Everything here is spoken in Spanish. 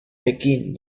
pekín